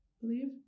believe